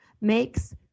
makes